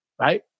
right